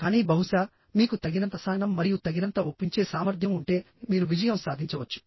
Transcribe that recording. కానీ బహుశా మీకు తగినంత సహనం మరియు తగినంత ఒప్పించే సామర్థ్యం ఉంటే మీరు విజయం సాధించవచ్చు